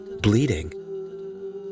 bleeding